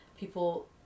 People